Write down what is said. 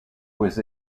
was